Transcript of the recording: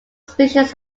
species